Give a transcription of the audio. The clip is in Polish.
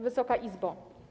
Wysoka Izbo!